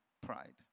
Pride